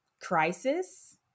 crisis